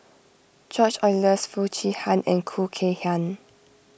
George Oehlers Foo Chee Han and Khoo Kay Hian